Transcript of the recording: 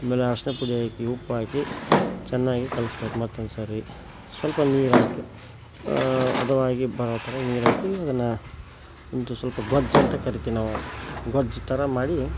ಆಮೇಲೆ ಅರ್ಶಿನ ಪುಡಿ ಹಾಕಿ ಉಪ್ಪಾಕಿ ಚೆನ್ನಾಗಿ ಕಲ್ಸ್ಬೇಕು ಮತ್ತೊಂದು ಸಾರಿ ಸ್ವಲ್ಪ ನೀರು ಹಾಕಿ ಅದು ಆಗಿ ಬರೋ ಥರ ನೀರು ಹಾಕಿ ಅದನ್ನು ಒಂದು ಸ್ವಲ್ಪ ಗೊಜ್ಜಂತ ಕರಿತೀವಿ ನಾವು ಗೊಜ್ಜು ಥರ ಮಾಡಿ